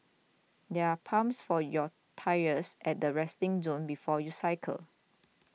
there are pumps for your tyres at the resting zone before you cycle